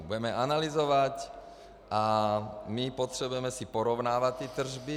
Budeme analyzovat a my si potřebujeme porovnávat ty tržby.